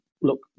look